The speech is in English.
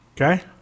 Okay